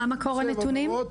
מה מקור הנתונים?